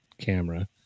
camera